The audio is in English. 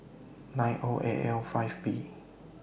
nine O A L five B